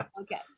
okay